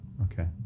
okay